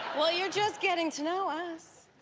well, you're just getting to know us.